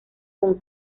con